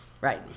Right